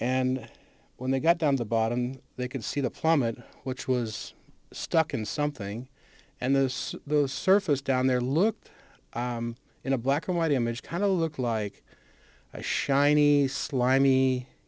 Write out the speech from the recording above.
and when they got down the bottom they could see the plummet which was stuck in something and this the surface down there looked in a black and white image kind of looked like a shiny slimy